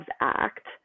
Act